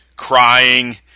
crying